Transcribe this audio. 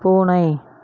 பூனை